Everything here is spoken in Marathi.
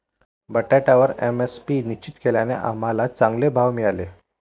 बटाट्यावर एम.एस.पी निश्चित केल्याने आम्हाला चांगले भाव मिळाले